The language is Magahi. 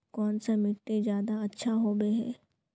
कौन सा मिट्टी ज्यादा अच्छा होबे है?